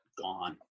gone